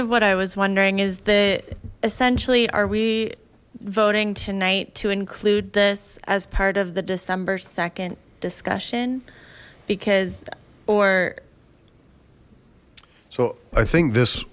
of what i was wondering is the essentially are we voting tonight to include this as part of the december nd discussion because or so i think this